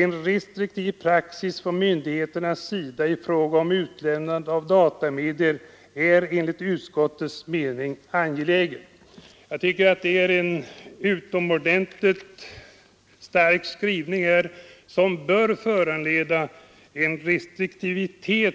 En restriktiv praxis från myndigheternas sida i fråga om utlämnande av datamedier är enligt utskottets mening angelägen.” Jag tycker att detta är en utomordentligt stark skrivning, som bör föranleda restriktivitet